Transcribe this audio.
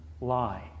lie